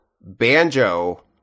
Banjo